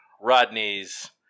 Rodney's